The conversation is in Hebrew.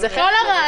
אבל זה חלק מזה.